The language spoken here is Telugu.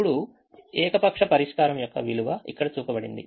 ఇప్పుడు ఏకపక్ష పరిష్కారం యొక్క విలువ ఇక్కడ చూపబడింది